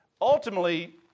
ultimately